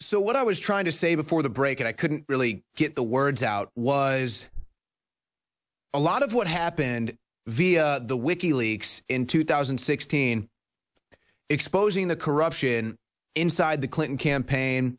so what i was trying to say before the break i couldn't really get the words out was a lot of what happened via the wiki leaks in two thousand and sixteen exposing the corruption inside the clinton campaign